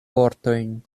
vortojn